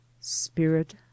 Spirit